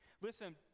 Listen